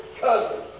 cousin